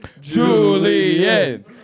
Julian